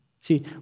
see